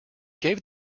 gave